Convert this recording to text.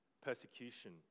persecution